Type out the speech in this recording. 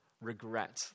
regret